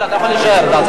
ההצעה להעביר את